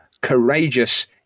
courageous